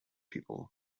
people